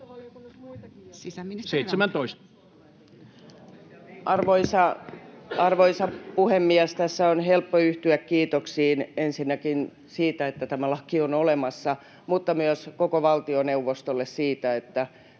Arvoisa puhemies! Tässä on helppo yhtyä kiitoksiin ensinnäkin siitä, että tämä laki on olemassa, mutta myös koko valtioneuvostolle siitä, että